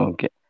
Okay